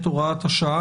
את הוראת השעה,